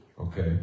Okay